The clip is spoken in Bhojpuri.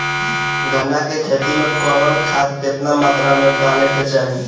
गन्ना के खेती में कवन खाद केतना मात्रा में डाले के चाही?